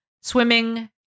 swimming